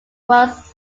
was